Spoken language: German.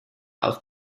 aus